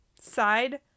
side